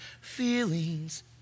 feelings